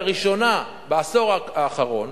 לראשונה בעשור האחרון